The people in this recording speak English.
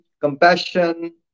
compassion